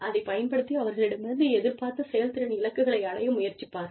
அதைப் பயன்படுத்தி அவர்களிடமிருந்து எதிர்பார்த்த செயல்திறன் இலக்குகளை அடைய முயற்சிப்பார்கள்